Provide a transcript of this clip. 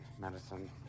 medicine